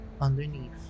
underneath